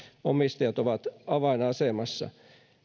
omistajat ovat avainasemassa